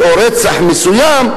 הצעת החוק של קדימה.